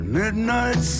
midnight